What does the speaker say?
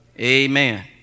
amen